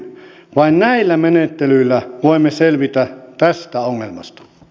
vain näillä menettelyillä voimme selvitä tästä ongelmasta